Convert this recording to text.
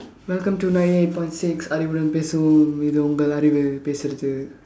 welcome to nine eight point six அறிவுடன் பேசுவோம் இது உங்கள் அறிவு பேசுறது:arivudan peesuvoom ithu ungkal arivu peesurathu